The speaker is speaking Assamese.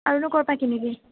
আৰুনো ক'ৰপৰা কিনিবি